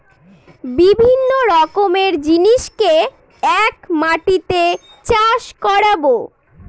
বিভিন্ন রকমের জিনিসকে এক মাটিতে চাষ করাবো